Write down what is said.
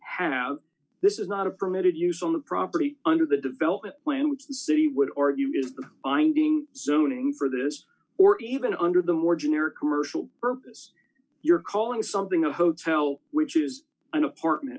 have this is not a permitted use on the property under the development when we city would or is the binding zoning for this or even under the more generic commercial purpose you're calling something a hotel which is an apartment